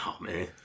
man